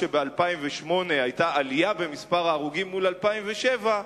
שב-2008 היתה עלייה במספר ההרוגים מול 2007,